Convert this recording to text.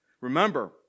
Remember